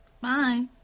Bye